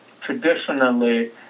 Traditionally